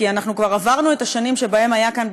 כי אנחנו כבר עברנו את השנים שבהן היה כאן,